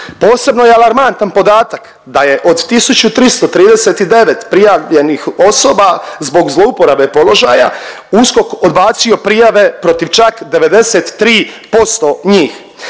Posebno je alarmantan podatak da je od 1339 prijavljenih osoba zbog zlouporabe položaja USKOK odbacio prijave protiv čak 93% njih.